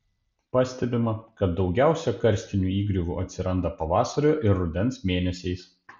pastebima kad daugiausiai karstinių įgriuvų atsiranda pavasario ir rudens mėnesiais